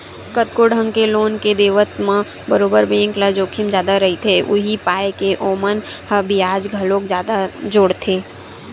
कतको ढंग के लोन के देवत म बरोबर बेंक ल जोखिम जादा रहिथे, उहीं पाय के ओमन ह बियाज घलोक जादा जोड़थे